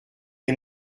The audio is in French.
est